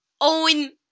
Owen